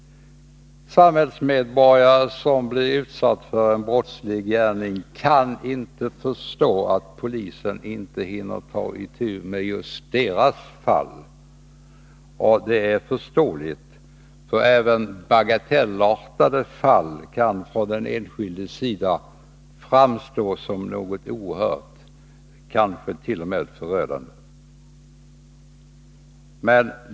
Samhällsmedborgare som blir utsatta för en brottslig gärning kan inte förstå att polisen inte hinner ta itu med just deras fall. Det är förståeligt, för även bagatellartade fall kan för den enskilde framstå som någonting oerhört, kanske t.o.m. förödande.